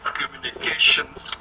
communications